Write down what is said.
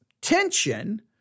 tension